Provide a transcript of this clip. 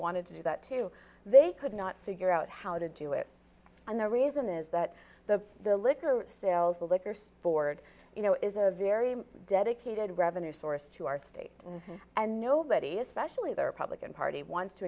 wanted to do that too they could not figure out how to do it and the reason is that the the liquor sales the liquor board you know is a very dedicated revenue source to our state and nobody especially the republican party wants to